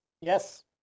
Yes